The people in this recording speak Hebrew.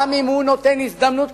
גם אם הוא נותן הזדמנות,